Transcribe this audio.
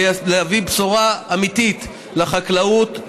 להביא בשורה אמיתית לחקלאות,